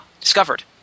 discovered